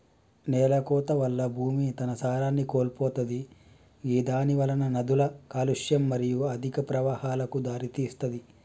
నేలకోత వల్ల భూమి తన సారాన్ని కోల్పోతది గిదానివలన నదుల కాలుష్యం మరియు అధిక ప్రవాహాలకు దారితీస్తది